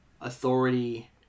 authority